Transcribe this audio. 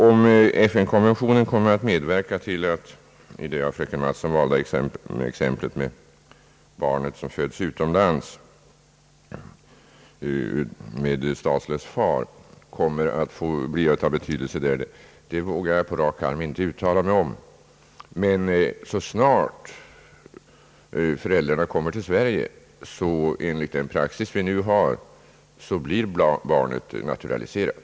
Om FN-konventionen kommer att även inverka för det av fröken Mattson valda exemplet med barnet som fötts utomlands med statslös far, vågar jag på rak arm inte uttala mig om. Men så snart föräldrarna kommer till Sverige blir barnet enligt den praxis vi nu har naturaliserat.